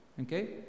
okay